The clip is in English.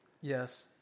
Yes